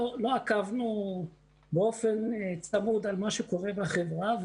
לא עקבנו באופן צמוד על מה שקורה בחברה,